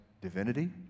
divinity